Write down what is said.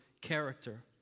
character